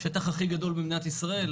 השטח הכי גדול במדינת ישראל,